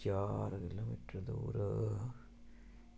चार किलोमीटर दूर